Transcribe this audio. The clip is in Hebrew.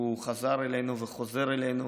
והוא חזר אלינו וחוזר אלינו,